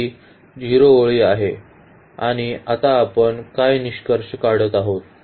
ही 0 ओळी आहेत आणि आता आपण काय निष्कर्ष काढत आहोत